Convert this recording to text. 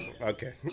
Okay